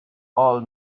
all